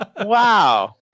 wow